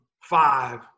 five